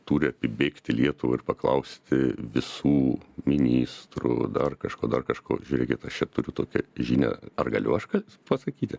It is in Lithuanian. turi apibėgti lietuvą ir paklausti visų ministrų dar kažko dar kažko žiūrėkit aš čia turiu tokią žinią ar galiu aš ką pasakyti